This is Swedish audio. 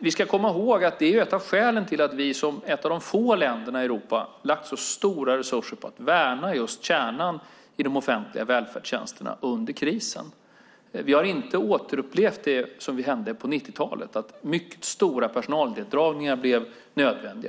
Vi ska komma ihåg att det är ett av skälen till att vi som ett av få länder i Europa har lagt så stora resurser på att värna just kärnan i de offentliga välfärdstjänsterna under krisen. Vi har inte återupplevt det som hände på 90-talet, då mycket stora personalneddragningar blev nödvändiga.